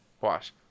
Wash